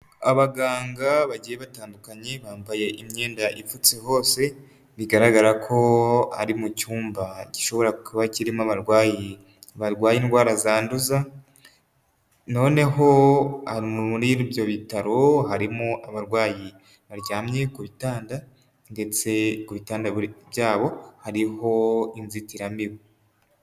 Abaganga bagiye batandukanye, bambaye imyenda ipfutse hose, bigaragara ko ari mu cyumba gishobora kuba kirimo abarwayi barwaye indwara zanduza, noneho muri ibyo bitaro harimo abarwayi baryamye ku bitanda, ndetse ku bitanda byabo hariho inzitiramibu.